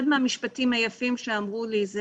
אחד מהמשפטים היפים שאמרו לי זה